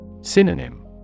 Synonym